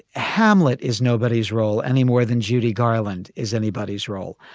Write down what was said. hamlet is nobody's role any more than judy garland is anybody's role.